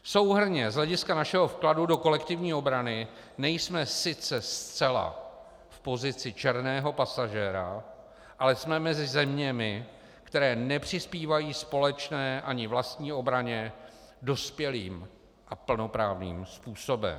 Souhrnně z hlediska našeho vkladu do kolektivní obrany nejsme sice zcela v pozici černého pasažéra, ale jsme mezi zeměmi, které nepřispívají společné ani vlastní obraně dospělým a plnoprávným způsobem.